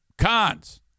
Cons